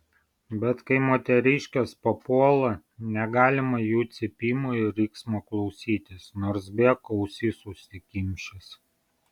bet kai moteriškės papuola negalima jų cypimo ir riksmo klausytis nors bėk ausis užsikimšęs